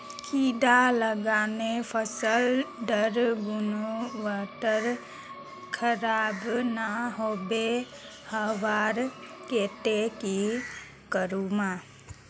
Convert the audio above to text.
कीड़ा लगाले फसल डार गुणवत्ता खराब ना होबे वहार केते की करूम?